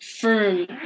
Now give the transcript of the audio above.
firm